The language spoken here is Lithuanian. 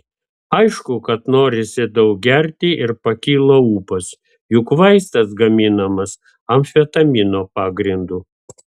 aišku kad norisi daug gerti ir pakyla ūpas juk vaistas gaminamas amfetamino pagrindu